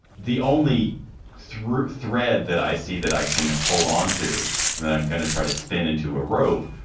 the only through thread that i see that i can hold onto and then i'm going to try to spin into a rope,